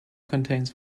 contains